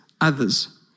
others